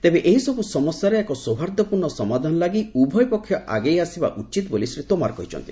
ତେବେ ଏହିସବୁ ସମସ୍ୟାର ଏକ ସୌହାର୍ଦ୍ଦପୂର୍ଣ୍ଣ ସମାଧାନ ଲାଗି ଉଭୟ ପକ୍ଷ ଆଗେଇ ଆସିବା ଉଚିତ୍ ବୋଲି ଶ୍ରୀ ତୋମାର କହିଛନ୍ତି